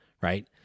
Right